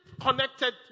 connected